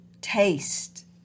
taste